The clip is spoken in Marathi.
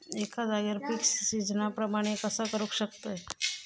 एका जाग्यार पीक सिजना प्रमाणे कसा करुक शकतय?